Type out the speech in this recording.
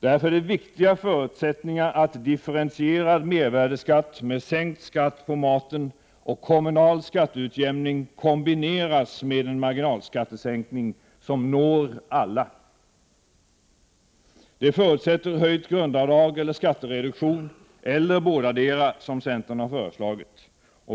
Därför är viktiga förutsättningar att differentierad mervärdeskatt med sänkt skatt på maten och kommunal skatteutjämning kombineras med en marginalskattesänkning som når alla. Det förutsätter höjt grundavdrag eller skattereduktion eller bådadera, som centern har föreslagit.